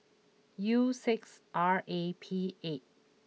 U six R A P eight